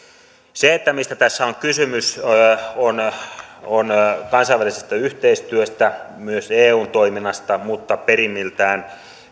tässä on kysymys kansainvälisestä yhteistyöstä myös eun toiminnasta mutta perimmiltään